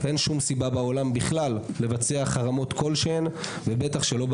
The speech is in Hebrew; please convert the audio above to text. אין שום סיבה בעולם בכלל לבצע חרמות כלשהם ובטח לא באקדמיה.